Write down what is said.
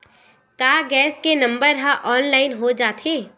का गैस के नंबर ह ऑनलाइन हो जाथे?